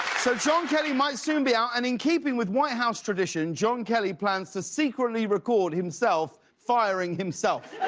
so, john kelly might soon be out. and in keeping with white house tradition, john kelly plans to secretly record himself firing himself.